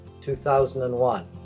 2001